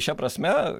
šia prasme